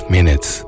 Minutes